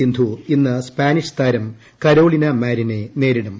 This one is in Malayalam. സിന്ധു ഇന്ന് സ്പാനിഷ് താരം കരോളിന മാരിനെ നേരിടും